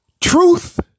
Truth